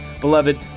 Beloved